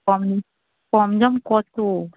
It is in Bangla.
কম কম সম কত